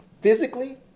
physically